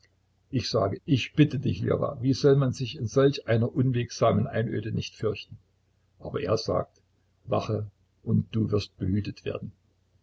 ich sage ich bitte dich ljowa wie soll man sich in solch einer unwegsamen einöde nicht fürchten aber er sagt wache und du wirst behütet werden